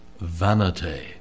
vanity